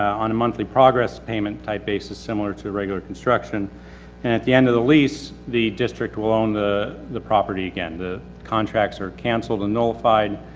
on a monthly progress payment type basis similar to regular construction. and at the end of the lease, the district will own the, the property again. the contracts are cancelled and nullified,